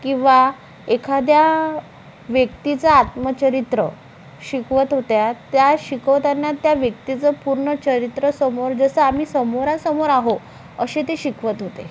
किंवा एखाद्या व्यक्तीचं आत्मचरित्र शिकवत होत्या त्या शिकवताना त्या व्यक्तीचं पूर्ण चरित्र समोर जसं आम्ही समोरासमोर आहोत असे ते शिकवत होते